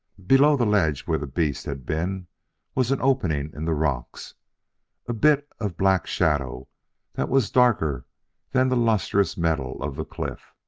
below the ledge where the beast had been was an opening in the rocks a bit of black shadow that was darker than the lustrous metal of the cliff.